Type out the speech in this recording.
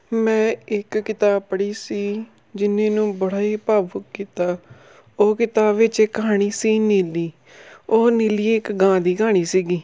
ਮੈਂ ਇੱਕ ਕਿਤਾਬ ਪੜ੍ਹੀ ਸੀ ਜਿਹਨੇ ਮੈਨੂੰ ਬੜਾ ਹੀ ਭਾਵੁਕ ਕੀਤਾ ਉਹ ਕਿਤਾਬ ਵਿੱਚ ਇੱਕ ਕਹਾਣੀ ਸੀ ਨੀਲੀ ਉਹ ਨੀਲੀ ਇੱਕ ਗਾਂ ਦੀ ਕਹਾਣੀ ਸੀਗੀ